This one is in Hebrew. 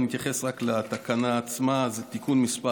אני מתייחס רק לתקנה עצמה, תיקון מס'